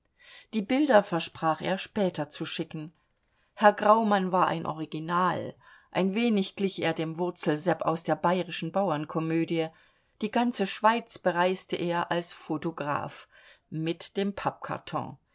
die bilder versprach er später zu schicken herr graumann war ein original ein wenig glich er dem wurzelsepp aus der bayrischen bauernkomödie die ganze schweiz bereiste er als photograph mit dem pappkarton